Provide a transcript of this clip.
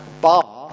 bar